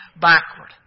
backward